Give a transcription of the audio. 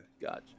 Gotcha